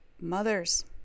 mothers